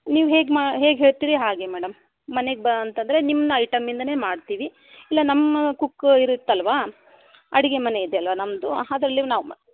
ನೀವು ಹೇಗೆ ಮಾ ಹೇಗೆ ಹೇಳ್ತೀರಿ ಹಾಗೇ ಮೇಡಂ ಮನೆಗೆ ಬಾ ಅಂತಂದರೆ ನಿಮ್ಮ ಐಟಂಯಿಂದನೆ ಮಾಡ್ತೀವಿ ಇಲ್ಲ ನಮ್ಮ ಕುಕ್ಕ ಇರುತ್ತಲ್ವಾ ಅಡಿಗೆ ಮನೆ ಇದೆ ಅಲ್ವಾ ನಮ್ಮದು ಅದ್ರಲ್ಲಿ ನಾವು ಮಾ